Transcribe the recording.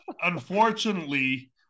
unfortunately